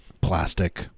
Plastic